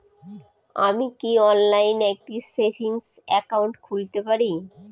আমি কি অনলাইন একটি সেভিংস একাউন্ট খুলতে পারি?